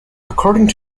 according